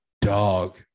dog